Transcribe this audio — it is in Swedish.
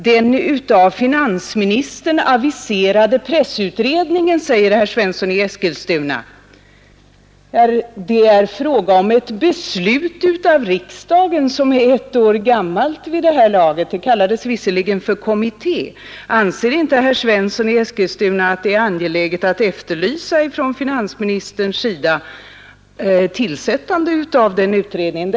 Herr Svensson i Eskilstuna talar om den av finansministern aviserade pressutredningen. Det är fråga om ett beslut i riksdagen om tillsättande av en kommitté för detta ändamål, och det beslutet är vid det här laget ett år gammalt. Anser inte herr Svensson i Eskilstuna att det är angeläget att hos finansministern efterlysa ett besked om tillsättandet av denna utredning?